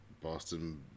Boston